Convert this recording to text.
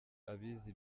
abize